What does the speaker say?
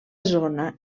zona